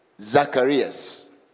Zacharias